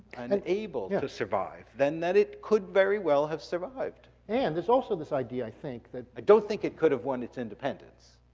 and and able to survive. then then it could very well have survived. and there's also this idea, i think i don't think it could've won its independence,